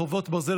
חרבות ברזל),